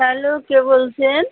hello কে বলছেন